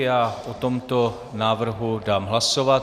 Já o tomto návrhu dám hlasovat.